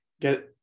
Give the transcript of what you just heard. get